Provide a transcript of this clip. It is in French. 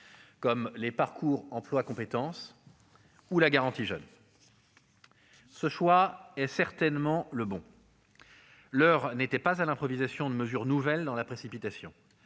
comme les parcours emploi compétences et la garantie jeunes. Ce choix est certainement le bon, car l'heure n'était pas à l'improvisation de mesures nouvelles dans la précipitation